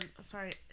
sorry